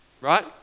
right